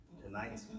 tonight